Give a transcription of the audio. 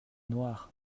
noirs